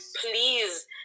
please